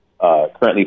currently